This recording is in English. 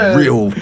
real